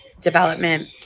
development